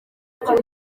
ati